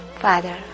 Father